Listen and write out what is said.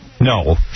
no